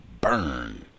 burn